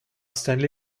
stanley